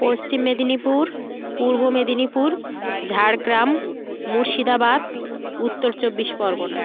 পশ্চিম মেদিনীপুর পূর্ব মেদিনীপুর ঝাড়গ্রাম মুর্শিদাবাদ উত্তর চব্বিশ পরগনা